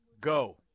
go